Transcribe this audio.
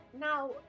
Now